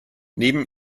neben